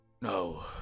No